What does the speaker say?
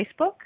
Facebook